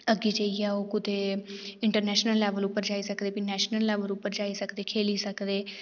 अग्गें जाइयै ओह् कुतै इंटरनेशनल लेवल पर जाई सकदे भी नेशनल लेवल पर जाई सकदे खेली सकदे